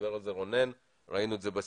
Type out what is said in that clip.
דיבר על זה רונן וראינו את זה בסרטון.